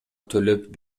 төлөп